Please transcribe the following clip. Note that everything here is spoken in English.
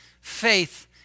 faith